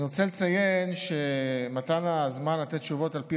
אני רוצה לציין שהזמן למתן תשובה על פי